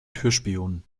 türspion